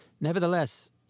Nevertheless